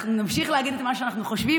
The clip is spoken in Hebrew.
אנחנו נמשיך להגיד את מה שאנחנו חושבים,